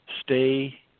Stay